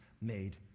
made